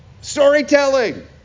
Storytelling